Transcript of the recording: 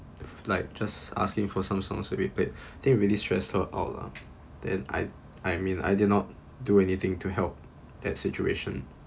like just asking for some songs to be played they really stressed her out all lah then I I mean I did not do anything to help that situation